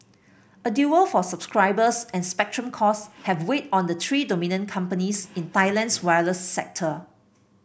a duel for subscribers and spectrum costs have weighed on the three dominant companies in Thailand's wireless sector